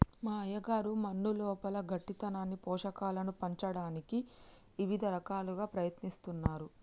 మా అయ్యగారు మన్నులోపల గట్టితనాన్ని పోషకాలను పంచటానికి ఇవిద రకాలుగా ప్రయత్నిస్తున్నారు